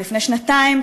ולפני שנתיים,